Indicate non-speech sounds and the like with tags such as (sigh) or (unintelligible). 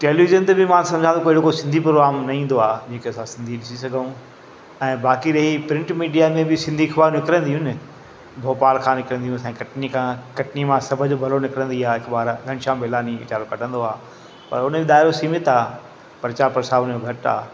television ते बि मां सम्झा थो कोई न कोई सिंधी प्रोग्राम न ईंदो आहे जंहिंखें असां सिंधी ॾिसी सघूं ऐं बाक़ी रही प्रिंट मीडिया में बि सिंधी अख़बार निकिरंदियूं आहिनि न भोपाल खां निकिरंदियूं असांजे कटनी खां कटनी मां सभु जो भलो निकिरंदी आहे हिकु बार घनश्याम मिलानी वीचारो कढ़ंदो आहे पर उन जो (unintelligible) सीमित आहे प्रचार प्रसार हुन जो घटि आहे